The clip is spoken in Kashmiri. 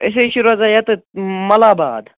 أسۍ حظ چھِ روزان یَتٮ۪تھ مَلَہ آباد